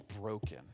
broken